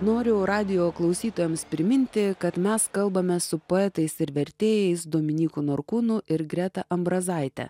noriu radijo klausytojams priminti kad mes kalbamės su poetais ir vertėjais dominyku norkūnu ir greta ambrazaite